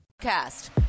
Cast